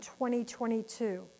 2022